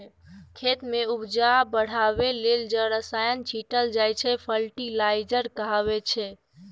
खेत मे उपजा बढ़ाबै लेल जे रसायन छीटल जाइ छै फर्टिलाइजर कहाबै छै